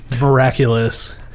miraculous